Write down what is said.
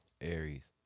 Aries